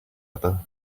other